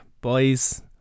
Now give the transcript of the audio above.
Boys